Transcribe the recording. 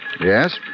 Yes